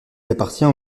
appartenait